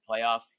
playoff